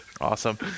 awesome